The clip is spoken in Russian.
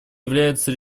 является